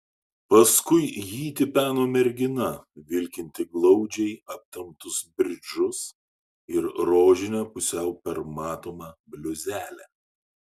paskui jį tipeno mergina vilkinti glaudžiai aptemptus bridžus ir rožinę pusiau permatomą bliuzelę